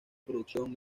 producción